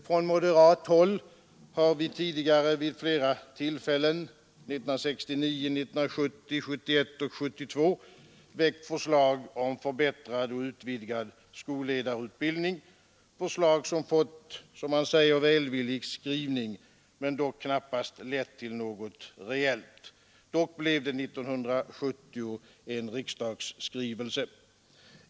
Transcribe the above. Från moderat håll har vi tidigare vid flera tillfällen — 1969, 1970, 1971 och 1972 — väckt förslag om förbättrad och utvidgad skolledarutbildning, förslag som fått, som man säger, välvillig skrivning men som knappast lett till något reellt. Dock blev det 1970 en riksdagsskrivelse.